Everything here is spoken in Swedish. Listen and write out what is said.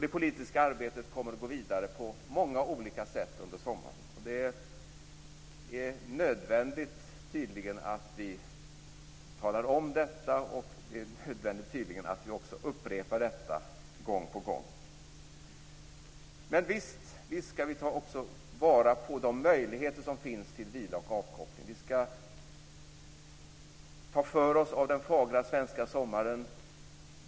Det politiska arbetet kommer att gå vidare på många olika sätt under sommaren. Det är tydligen nödvändigt att vi talar om detta och det är tydligen också nödvändigt att vi upprepar detta gång på gång. Men visst skall vi också ta vara på de möjligheter som finns till vila och avkoppling. Vi skall ta för oss av den fagra svenska sommaren.